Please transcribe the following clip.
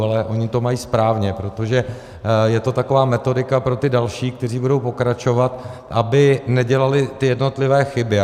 Ale oni to mají správně, protože je to taková metodika pro ty další, kteří budou pokračovat, aby nedělali ty jednotlivé chyby.